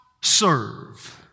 serve